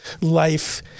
life